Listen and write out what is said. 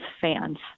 fans